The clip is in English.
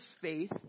faith